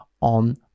on